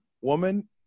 woman